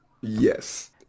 Yes